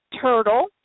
turtle